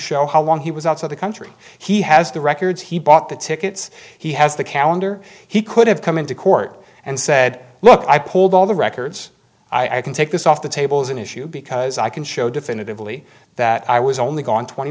show how long he was out of the country he has the records he bought the tickets he has the calendar he could have come into court and said look i pulled all the records i can take this off the table as an issue because i can show definitively that i was only gone twenty